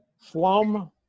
slum